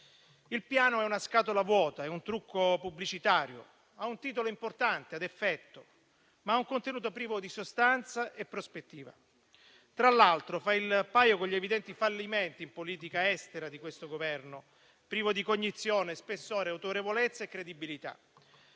Il Piano è una scatola vuota. È un trucco pubblicitario. Ha un titolo importante, ad effetto, ma un contenuto privo di sostanza e prospettiva. Tra l'altro, fa il paio con gli evidenti fallimenti in politica estera di questo Governo, privo di cognizione, spessore, autorevolezza e credibilità.